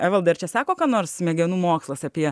evaldai ar čia sako ką nors smegenų mokslas apie